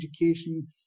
education